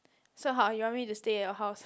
so how you want me to stay at your house